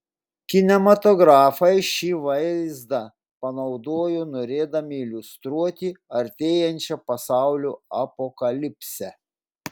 kinematografai šį vaizdą panaudojo norėdami iliustruoti artėjančią pasaulio apokalipsę